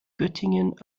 göttingen